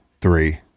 three